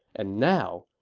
and now,